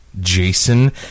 Jason